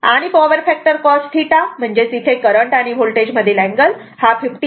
आणि power factor cos θ म्हणजेच इथे करंट आणि होल्टेज मधील अँगल 53